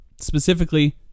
Specifically